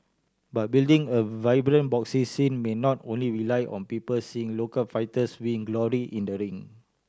but building a vibrant boxing scene may not only rely on people seeing local fighters win glory in the ring